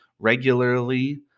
regularly